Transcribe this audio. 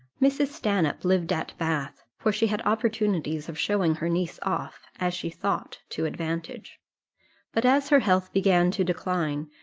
mrs. stanhope lived at bath, where she had opportunities of showing her niece off, as she thought, to advantage but as her health began to decline,